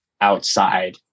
outside